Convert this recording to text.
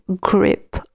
grip